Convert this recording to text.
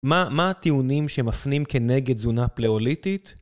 מה הטיעונים שמפנים כנגד תזונה פלאוליטית?